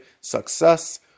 success